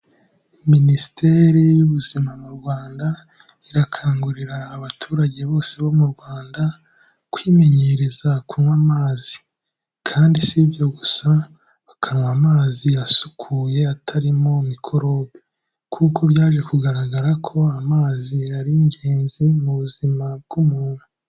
Minisiteri y'Ubuzima mu Rwanda, irakangurira abaturage bose bo mu Rwanda kwimenyereza kunywa amazi kandi si ibyo gusa, bakanywa amazi asukuye atarimo mikorobe kuko byaje kugaragara ko, amazi ari ingenzi mu buzima bw'umuntu.